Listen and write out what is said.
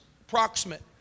Approximate